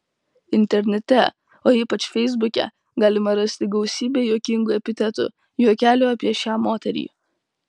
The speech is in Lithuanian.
internete o ypač feisbuke galima rasti gausybę juokingų epitetų juokelių apie šią moterį